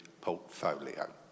portfolio